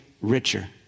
richer